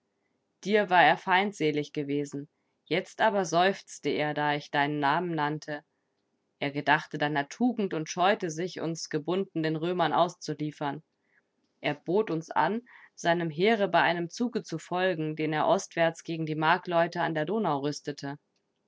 dir war er feindselig gewesen jetzt aber seufzte er da ich deinen namen nannte er gedachte deiner tugend und scheute sich uns gebunden den römern auszuliefern er bot uns an seinem heere bei einem zuge zu folgen den er ostwärts gegen die markleute an der donau rüstete